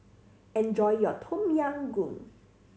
enjoy your Tom Yam Goong